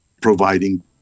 providing